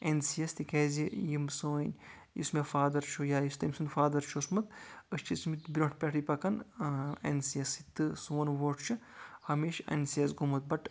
N C یَس تِکیازِ یِم سٲنۍ یُس مےٚ فادر چھُ یا یُس تٔمۍ سُنٛد فادر چھُ اوسمُت أسۍ مٕتۍ برٛونٛٹھ پٮ۪ٹھے پَکان ایٚن سی یس سۭتۍ تہٕ سون ووٹ چھُ ہمیٚشہٕ ایٚن سی یَس گوٚمُت بَٹ